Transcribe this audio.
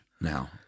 now